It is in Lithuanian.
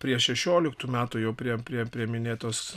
ne prieš šešioliktų metų jau prie prie prie minėtos